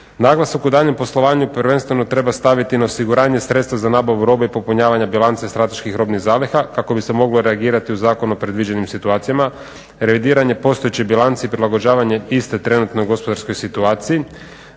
Naglasak u daljnjem poslovanju prvenstveno treba staviti na osiguranje sredstva za nabavu robe i popunjavanja bilanca i strateških robnih zaliha kako bi se moglo reagirati u Zakonu o predviđenim situacijama, revidiranje postojeće bilance i prilagođavanje iste trenutnoj gospodarskoj situaciji,